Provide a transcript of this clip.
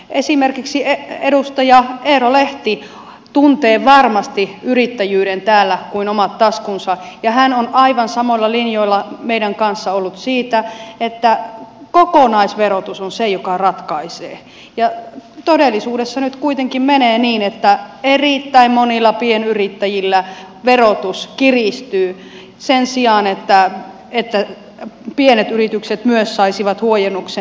esimerkiksi edustaja eero lehti täällä tuntee varmasti yrittäjyyden kuin omat taskunsa ja hän on aivan samoilla linjoilla meidän kanssamme ollut siitä että kokonaisverotus on se joka ratkaisee ja todellisuudessa nyt kuitenkin menee niin että erittäin monilla pienyrittäjillä verotus kiristyy sen sijaan että myös pienet yritykset saisivat huojennuksen